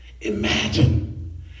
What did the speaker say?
Imagine